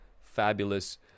fabulous